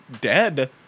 dead